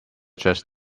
just